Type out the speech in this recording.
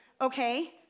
okay